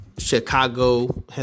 Chicago